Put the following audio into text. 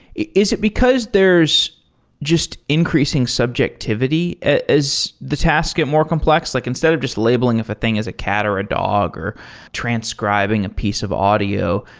is it because there's just increasing subjectivity as the tasks get more complex? like instead of just labeling if a thing as a cat or a dog or transcribing a piece of audio,